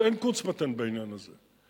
אז אין קונץ-פטנט בעניין הזה.